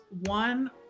one